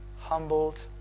humbled